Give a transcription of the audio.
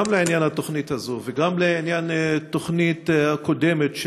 גם לעניין התוכנית הזאת וגם לעניין התוכנית הקודמת,